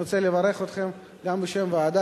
אני רוצה לברך אתכם גם בשם הוועדה.